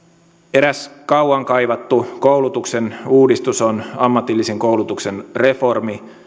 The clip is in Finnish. eräs kauan kaivattu koulutuksen uudistus on ammatillisen koulutuksen reformi